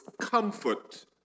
comfort